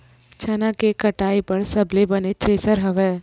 चना के कटाई बर सबले बने थ्रेसर हवय?